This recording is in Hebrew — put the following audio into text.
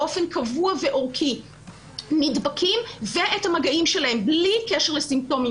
באופן קבוע ועורקי נדבקים ואת המגעים שלהם בלי קשר לסימפטומים